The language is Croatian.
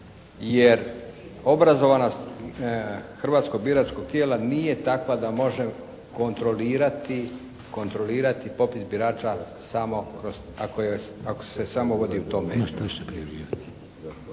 jer obrazovanost hrvatskog biračkog tijela nije takva da može kontrolirati popis birača samo, ako se samo vodi u tome.